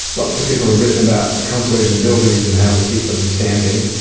lots of people have written about conservation of buildings and how to keep them standing,